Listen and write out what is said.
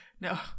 No